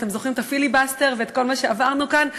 אתם זוכרים את הפיליבסטר ואת כל מה שעברנו כאן?